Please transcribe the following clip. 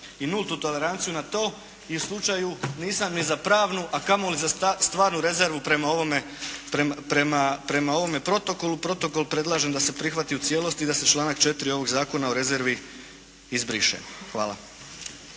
i nultu toleranciju na to i slučaju nisam ni za pravu, a kamoli za stvarnu rezervu prema ovome protokolu. Protokol predlažem da se prihvati u cijelosti i da se članak 4. ovog Zakona o rezervi izbriše. Hvala.